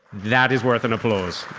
that is worth an applause.